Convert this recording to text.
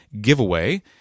giveaway